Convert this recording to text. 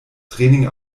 training